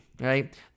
right